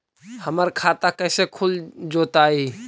हमर खाता कैसे खुल जोताई?